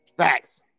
Facts